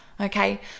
Okay